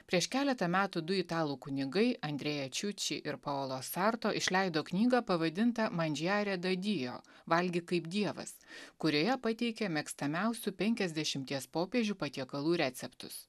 prieš keletą metų du italų kunigai andreja čiuči ir paolo sarto išleido knygą pavadintą majare da dio valgyk kaip dievas kurioje pateikė mėgstamiausių penkiasdešimties popiežių patiekalų receptus